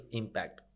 impact